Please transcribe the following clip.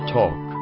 talk